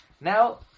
Now